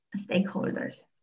stakeholders